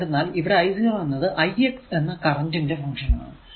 എന്തെന്നാൽ ഇവിടെ i 0 എന്നത് ix എന്ന കറന്റ് ന്റെ ഫങ്ക്ഷൻ ആണ്